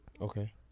Okay